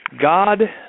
God